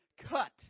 cut